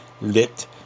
Lit